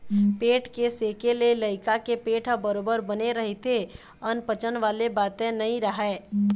पेट के सेके ले लइका के पेट ह बरोबर बने रहिथे अनपचन वाले बाते नइ राहय